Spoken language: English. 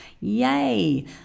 yay